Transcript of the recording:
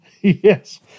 Yes